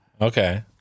Okay